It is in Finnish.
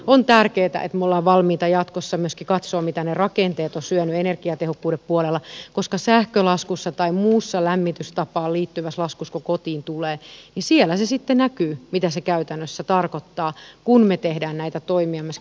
on tärkeää että olemme valmiita jatkossa myöskin katsomaan mitä ne rakenteet ovat syöneet energiatehokkuuden puolella koska sähkölaskussa tai muussa lämmitystapaan liittyvässä laskussa joka kotiin tulee näkyy sitten mitä se käytännössä tarkoittaa kun me teemme näitä toimia myöskin energiatehokkuuden puolesta